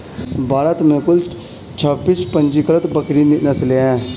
भारत में कुल छब्बीस पंजीकृत बकरी नस्लें हैं